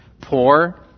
Poor